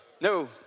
no